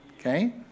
Okay